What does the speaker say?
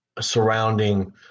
surrounding